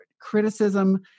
criticism